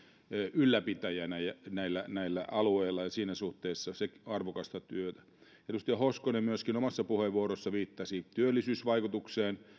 ylläpitäjänä näillä näillä alueilla ja siinä suhteessa se on arvokasta työtä myöskin edustaja hoskonen omassa puheenvuorossaan viittasi työllisyysvaikutukseen